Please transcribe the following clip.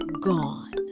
gone